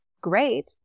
great